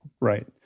Right